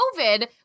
COVID